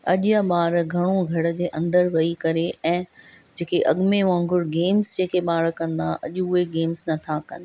अॼु जा ॿार घणो घर जे अंदरु वेही करे ऐं जेकी अॻु में वांॻुर गेम्स जेके ॿार कंदा अॼु उहे गेम्स नथा कनि